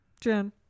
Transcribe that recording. Jen